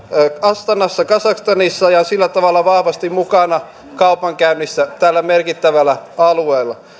astanassa kazakstanissa ja on sillä tavalla vahvasti mukana kaupankäynnissä tällä merkittävällä alueella